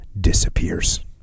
disappears